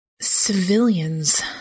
civilians